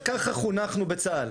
ככה חונכנו בצה"ל,